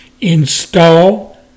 install